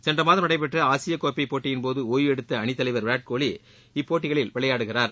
சென்ற மாதம் நடைபெற்ற ஆசியக் கோப்பை போட்டியின் போது ஒய்வு எடுத்த அணித்தலைவா் விராட்கோலி இப்போட்டிகளில் விளையாடுகிறார்